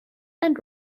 and